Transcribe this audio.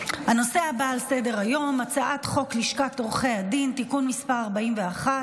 על סדר-היום הצעת חוק לשכת עורכי הדין (תיקון מס' 41,